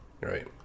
Right